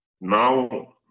now